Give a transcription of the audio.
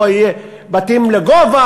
פה יהיו בתים לגובה,